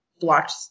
blocked